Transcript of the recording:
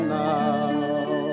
now